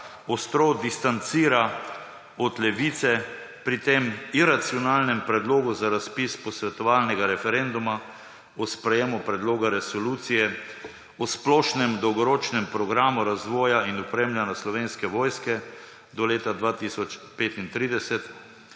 ostro distancira od Levice pri tem iracionalnem Predlogu za razpis posvetovalnega referenduma o sprejemu Predloga resolucije o splošnem dolgoročnem programu razvoja in opremljanja Slovenske vojske do leta 2035.